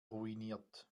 ruiniert